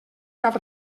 cap